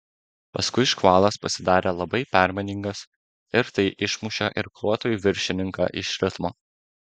paskui škvalas pasidarė labai permainingas ir tai išmušė irkluotojų viršininką iš ritmo